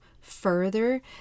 further